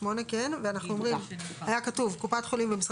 לפי